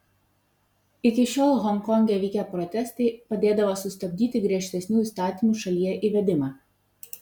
iki šiol honkonge vykę protestai padėdavo sustabdyti griežtesnių įstatymų šalyje įvedimą